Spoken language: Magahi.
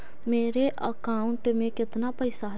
मेरे अकाउंट में केतना पैसा है?